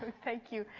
thank you.